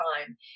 time